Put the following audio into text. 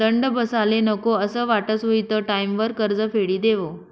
दंड बसाले नको असं वाटस हुयी त टाईमवर कर्ज फेडी देवो